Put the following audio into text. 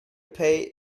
pay